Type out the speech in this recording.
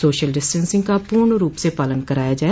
social distancing का पूर्ण पालन कराया जाए